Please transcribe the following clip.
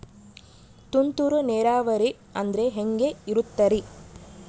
ತುಂತುರು ನೇರಾವರಿ ಅಂದ್ರೆ ಹೆಂಗೆ ಇರುತ್ತರಿ?